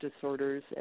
disorders